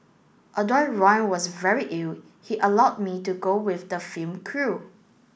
although Ron was very ill he allowed me to go with the film crew